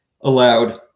allowed